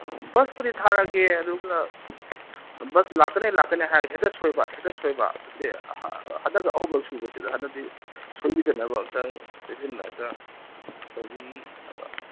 ꯑꯣ ꯕꯨꯁꯄꯨꯗꯤ ꯊꯔꯛꯑꯒꯦ ꯑꯗꯨꯒ ꯕꯁ ꯂꯥꯛꯀꯅꯦ ꯂꯥꯛꯀꯅꯦ ꯍꯥꯏꯔꯒ ꯍꯦꯛꯇ ꯁꯣꯏꯕ ꯍꯦꯛꯇ ꯁꯣꯏꯕ ꯁꯦ ꯍꯟꯗꯛꯀ ꯑꯍꯨꯝꯂꯛ ꯁꯨꯕꯁꯤꯗ ꯍꯟꯗꯛꯇꯤ ꯁꯣꯏꯕꯤꯗꯅꯕ ꯑꯝꯇꯪ ꯆꯦꯛꯁꯤꯟꯅ ꯑꯝꯇ ꯇꯧꯕꯤꯅꯕ